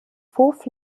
fourth